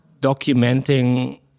documenting